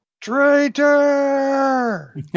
traitor